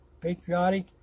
patriotic